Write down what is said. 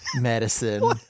medicine